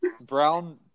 Brown